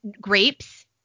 grapes